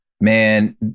Man